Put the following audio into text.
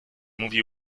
mówi